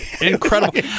incredible